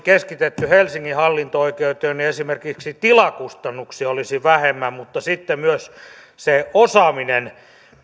keskitetty helsingin hallinto oikeuteen niin esimerkiksi tilakustannuksia olisi vähemmän mutta sitten myös se osaaminen